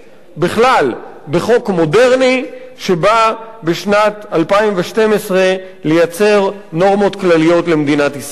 בחוק מודרני שבא בשנת 2012 לייצר נורמות כלליות למדינת ישראל.